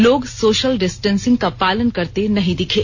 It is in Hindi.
लोग सोषल डिस्टेंसिंग का पालन करते नहीं दिखे